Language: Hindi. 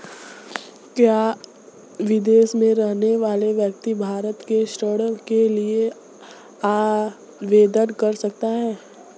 क्या विदेश में रहने वाला व्यक्ति भारत में ऋण के लिए आवेदन कर सकता है?